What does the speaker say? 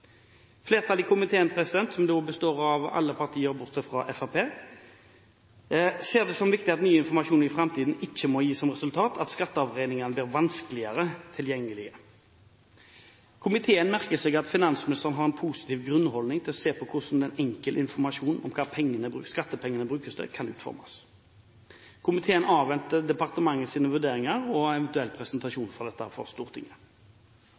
Flertallet i komiteen, som består av alle partier bortsett fra Fremskrittspartiet, ser det som viktig at ny informasjon i framtiden ikke må gi som resultat at skatteavregningene blir vanskeligere tilgjengelig. Komiteen merker seg at finansministeren har en positiv grunnholdning til å se på hvordan enkel informasjon om hva skattepengene brukes til, kan utformes. Komiteen avventer departementets vurderinger og en eventuell presentasjon av dette for Stortinget.